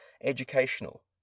educational